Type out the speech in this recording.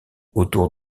autour